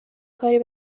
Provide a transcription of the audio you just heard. کاری